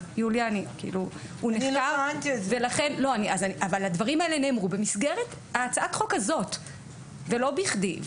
הדברים האלה נאמרו במסגרת הצעת החוק הזאת ולא בכדי.